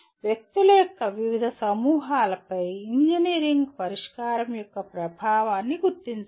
వ్యక్తుల యొక్క వివిధ సమూహాలపై ఇంజనీరింగ్ పరిష్కారం యొక్క ప్రభావాన్ని గుర్తించండి